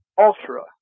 ultra